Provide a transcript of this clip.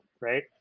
right